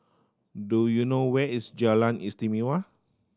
do you know where is Jalan Istimewa